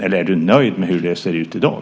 Är du nöjd med hur det ser ut i dag?